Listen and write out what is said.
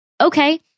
Okay